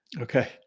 okay